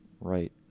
Right